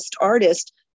artist